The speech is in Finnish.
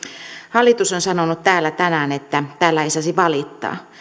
hallitus on sanonut täällä tänään että täällä ei saisi valittaa